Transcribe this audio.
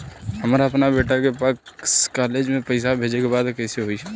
हमरा अपना बेटा के पास कॉलेज में पइसा बेजे के बा त कइसे होई?